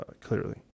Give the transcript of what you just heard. clearly